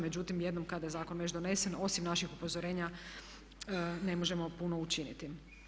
Međutim, jednom kada je zakon već donesen osim naših upozorenja ne možemo puno učiniti.